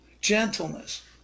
gentleness